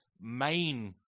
main